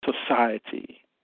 society